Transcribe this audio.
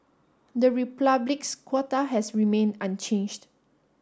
the Republic's quota has remained unchanged